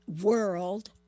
world